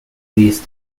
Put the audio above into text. raised